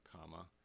comma